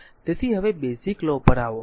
તેથી હવે basic law પર આવો